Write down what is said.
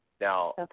Now